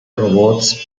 robots